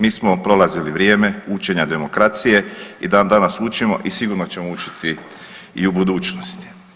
Mi smo prolazili vrijeme učenja demokracije i dan danas učimo i sigurno ćemo učiti i u budućnosti.